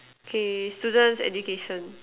okay students education